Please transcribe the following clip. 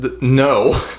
No